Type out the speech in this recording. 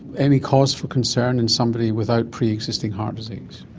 any cause for concern in somebody without pre-existing heart disease?